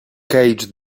caged